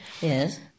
Yes